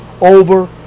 over